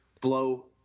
blow